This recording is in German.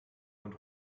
und